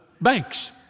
banks